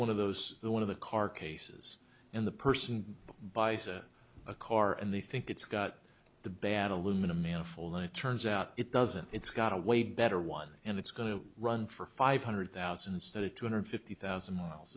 one of those the one of the car cases and the person buys a car and they think it's got the bad aluminum manifold i turns out it doesn't it's got a way better one and it's going to run for five hundred thousand instead of two hundred fifty thousand miles